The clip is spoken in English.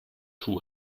two